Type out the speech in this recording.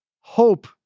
Hope